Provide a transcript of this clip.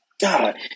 God